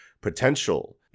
potential